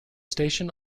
station